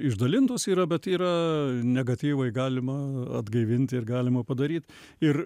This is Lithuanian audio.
išdalintos yra bet yra negatyvai galima aaa atgaivint ir galima padaryt ir